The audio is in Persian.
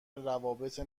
روابط